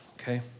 okay